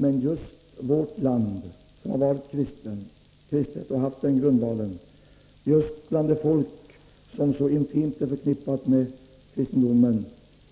Men just i vårt land, som har varit kristet och haft kristendomen som grundval; just bland vårt folk, som är förknippat med kristendomen,